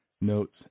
notes